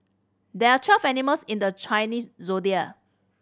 there are twelve animals in the Chinese Zodiac